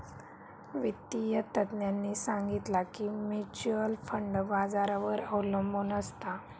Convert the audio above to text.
वित्तिय तज्ञांनी सांगितला की म्युच्युअल फंड बाजारावर अबलंबून असता